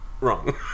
wrong